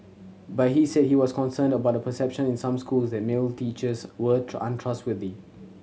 but he said he was concerned about a perception in some schools that male teachers were untrustworthy